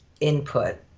input